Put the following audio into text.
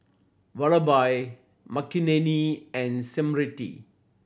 Vallabhbhai Makineni and Smriti